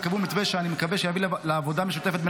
וקבעו מתווה שאני מקווה שיביא לעבודה משותפת בין